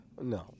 No